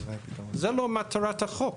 זו לא מטרת החוק,